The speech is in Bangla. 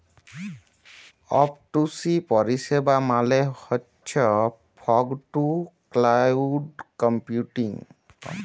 এফটুসি পরিষেবা মালে হছ ফগ টু ক্লাউড কম্পিউটিং